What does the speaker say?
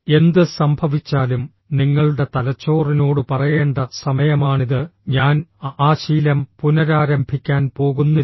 എന്ത് സംഭവിച്ചാലും നിങ്ങളുടെ തലച്ചോറിനോട് പറയേണ്ട സമയമാണിത് ഞാൻ ആ ശീലം പുനരാരംഭിക്കാൻ പോകുന്നില്ല